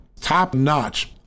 top-notch